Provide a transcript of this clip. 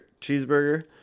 cheeseburger